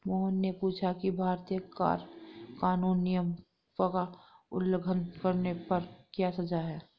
मोहन ने पूछा कि भारतीय कर कानून नियम का उल्लंघन करने पर क्या सजा है?